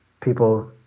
people